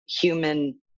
human